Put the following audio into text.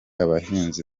abahinzi